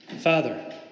Father